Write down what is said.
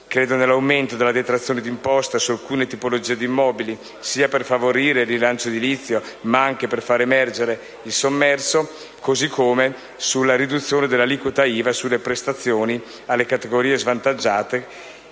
Credo nell'aumento della detrazione d'imposta su alcune tipologie di immobili sia per favorire il rilancio edilizio che per far emergere il sommerso, così come nella riduzione dell'aliquota IVA sulle prestazioni alle categorie svantaggiate,